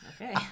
okay